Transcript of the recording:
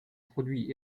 produits